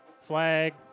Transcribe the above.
Flag